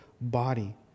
body